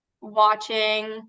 watching